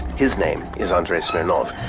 his name is andrey smirnoff.